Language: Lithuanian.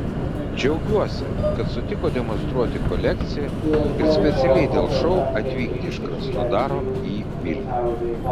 džiaugiuosi kad sutiko demonstruoti kolekciją ir specialiai dėl šou atvykti iš krasnodaro į vilnių